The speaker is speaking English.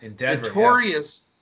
notorious